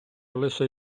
лише